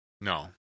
No